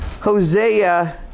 Hosea